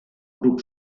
grup